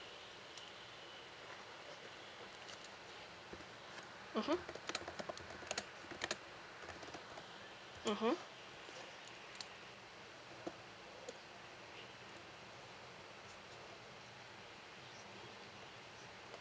mmhmm mmhmm